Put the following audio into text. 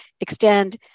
extend